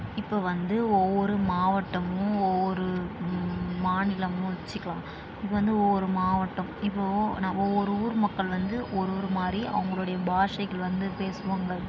இப்போது வந்து ஒவ்வொரு மாவட்டமும் ஒவ்வொரு மாநிலமும் வெச்சுக்கலாம் இப்போ வந்து ஒவ்வொரு மாவட்டம் இப்போ ஓ நம்ம ஒரு ஊர் மக்கள் வந்து ஒரு ஒரு மாதிரி அவங்களுடைய பாஷைகள் வந்து பேசுவாங்க